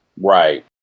right